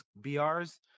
BRs